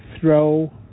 throw